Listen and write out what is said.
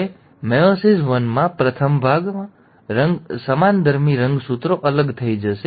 હવે મેયોસિસ વનમાં પ્રથમ ભાગમાં સમાનધર્મી રંગસૂત્રો અલગ થઈ જશે